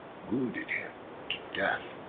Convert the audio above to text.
wounded him to death.